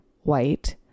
white